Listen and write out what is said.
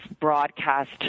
broadcast